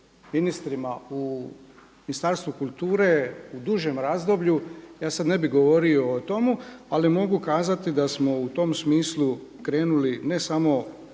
ministrima u Ministarstvu kulture u dužem razdoblju, ja sada ne bih govorio o tome ali mogu kazati da smo u tom smislu krenuli ne samo